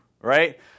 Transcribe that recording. right